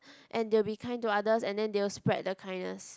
and they will be kind to others and then they will spread the kindness